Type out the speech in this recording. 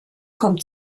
kommt